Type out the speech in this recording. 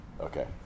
Okay